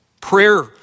prayer